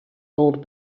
old